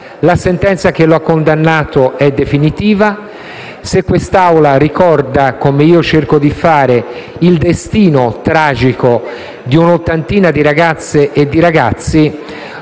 La sentenza che lo ha condannato è definitiva. Se quest'Aula ricorda, come io cerco di fare, il destino tragico di un'ottantina di ragazze e di ragazzi,